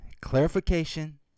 clarification